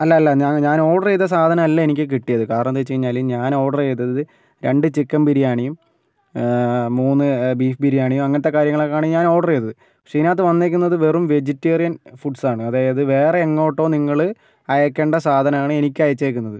അല്ല അല്ല ഞാ ഞാൻ ഓർഡർ ചെയ്ത സാധനമല്ല എനിക്ക് കിട്ടിയത് കാരണമെന്താ വെച്ചു കഴിഞ്ഞാൽ ഞാൻ ഓർഡർ ചെയ്തത് രണ്ട് ചിക്കൻ ബിരിയാണിയും മൂന്ന് ബീഫ് ബിരിയാണിയും അങ്ങനത്തെ കാര്യങ്ങളൊക്കെയാണ് ഞാൻ ഓർഡർ ചെയ്തത് പക്ഷേ ഇതിനകത്ത് വന്നിരിക്കുന്നത് വെറും വെജിറ്റേറിയൻ ഫുഡ്സ് ആണ് അതായത് വേറെ എങ്ങോട്ടോ നിങ്ങൾ അയക്കേണ്ട സാധനമാണ് എനിക്കയച്ചിരിക്കുന്നത്